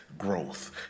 growth